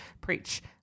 Preach